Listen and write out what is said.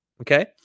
Okay